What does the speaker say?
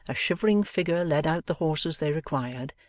a shivering figure led out the horses they required,